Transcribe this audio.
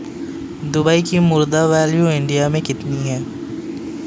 Dubai की मुद्रा value India मे कितनी है?